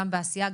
גם בעשייה,